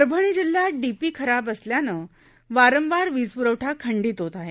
परभणी जिल्ह्यात डीपी खराब असल्यानं वारंवार वीजप्रठा खंडित होत आहे